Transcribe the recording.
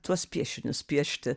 tuos piešinius piešti